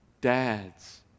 dads